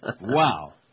Wow